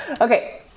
Okay